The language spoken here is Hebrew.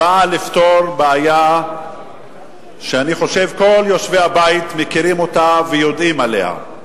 באה לפתור בעיה שאני חושב שכל תושבי הבית מכירים אותה ויודעים עליה.